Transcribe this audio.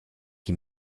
qui